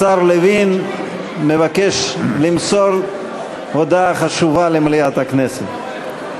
השר לוין מבקש למסור הודעה חשובה למליאת הכנסת.